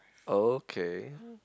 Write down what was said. okay